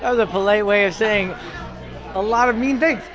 ah was a polite way of saying a lot of mean things.